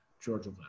Georgia